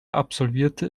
absolvierte